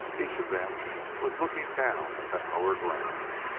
each of them was looking down at that lower ground.